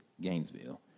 Gainesville